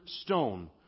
stone